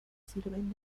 sirven